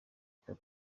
kuba